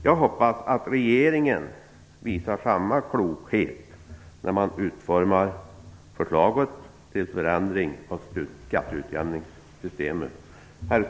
Jag hoppas och räknar med att man i regeringen visar samma klokhet när man utformar förslaget till förändring av skatteutjämningssystemet.